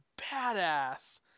badass